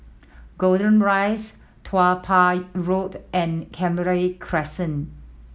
Golden Rise Tiong Poh Road and Canberra Crescent